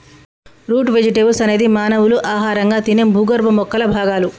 route vegetables అనేది మానవులు ఆహారంగా తినే భూగర్భ మొక్కల భాగాలు